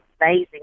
amazing